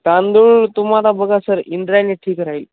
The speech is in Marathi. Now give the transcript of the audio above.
तां दूळ तुम्हाला बघा सर इंद्रायणी ठीक राहील